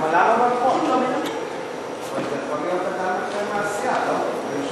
אין ברירה.